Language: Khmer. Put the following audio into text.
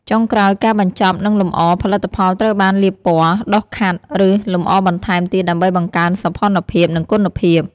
ចុងក្រោយការបញ្ចប់ និងលម្អ ផលិតផលត្រូវបានលាបពណ៌ ដុសខាត់ ឬលម្អបន្ថែមទៀតដើម្បីបង្កើនសោភ័ណភាព និងគុណភាព។